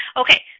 okay